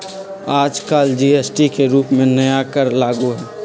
आजकल जी.एस.टी के रूप में नया कर लागू हई